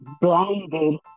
blinded